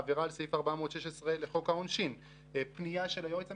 של צה"ל ומשרד הביטחון יהיה מיקוד רב בהיבט הסייבר,